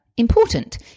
important